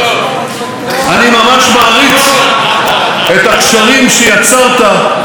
אני ממש מעריץ את הקשרים שיצרת עם